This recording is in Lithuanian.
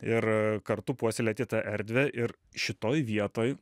ir kartu puoselėti tą erdvę ir šitoj vietoj